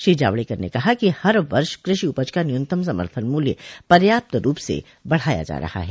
श्री जावडेकर ने कहा कि हर वर्ष कृषि उपज का न्यूनतम समर्थन मूल्य पर्याप्त रूप से बढाया जा रहा है